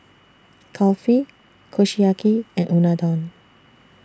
Kulfi Kushiyaki and Unadon